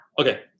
Okay